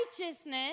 Righteousness